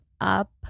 up